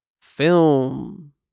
film